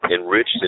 enriched